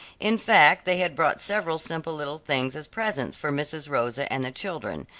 in fact they had brought several simple little things as presents for mrs. rosa and the children,